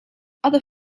other